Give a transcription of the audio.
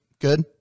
good